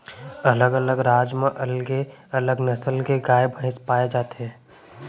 अलग अलग राज म अलगे अलग नसल के गाय भईंस पाए जाथे